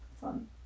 fun